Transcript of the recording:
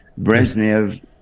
Brezhnev